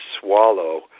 swallow